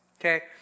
okay